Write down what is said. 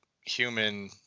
human